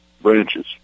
branches